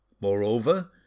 Moreover